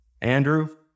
Andrew